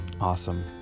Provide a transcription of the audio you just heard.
Awesome